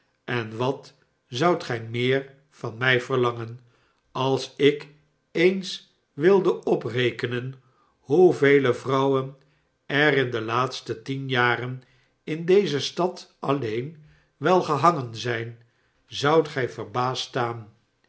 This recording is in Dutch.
en wat zoudt gij meer van mij verlangen als ik eens wilde oprekenen hoevele vrouwen er in de laatste tien jaren in deze stad alleen wel gehangen zijn zoudt gij verbaasd staan